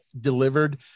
delivered